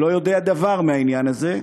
שלא יודע דבר מעניין הזה,